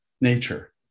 nature